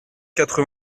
quatre